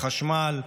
החשמל,